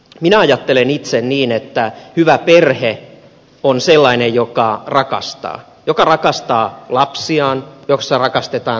minä ajattelen itse niin että hyvä perhe on sellainen joka rakastaa joka rakastaa lapsiaan ja jossa rakastetaan toisia